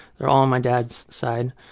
they're all on my dad's side.